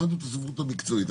למדנו את הספרות המקצועית,